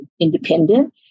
independent